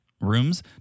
rooms